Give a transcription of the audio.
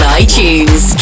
iTunes